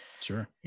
Sure